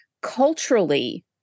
culturally